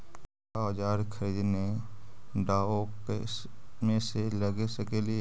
क्या ओजार खरीदने ड़ाओकमेसे लगे सकेली?